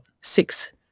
Six